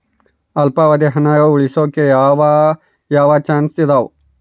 ಅಲ್ಪಾವಧಿ ಹಣ ಉಳಿಸೋಕೆ ಯಾವ ಯಾವ ಚಾಯ್ಸ್ ಇದಾವ?